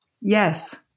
Yes